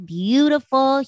beautiful